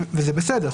וזה בסדר,